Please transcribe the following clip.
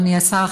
אדוני השר,